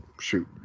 Shoot